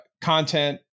content